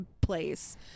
place